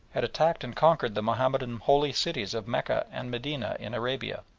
had attacked and conquered the mahomedan holy cities of mecca and medina in arabia.